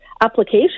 application